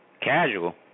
Casual